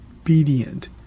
obedient